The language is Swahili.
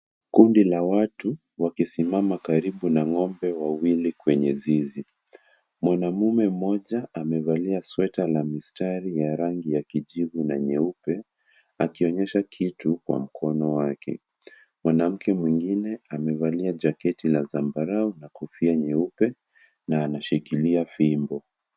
Kundi la watu wakisimama karibu na ng'ombe wawili kwenye zizi, mwanamume moja amevalia sweater la mistari ya rangi ya kijivu na nyeupe, akionyesha kitu kwa mkono wake, mwanamke mwingine amevalia jaketi la zambarau na kofia nyeupe na anashikilia fimbo.